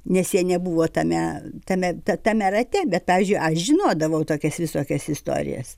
nes jie nebuvo tame tame tame rate bet pavyzdžiui aš žinodavau tokias visokias istorijas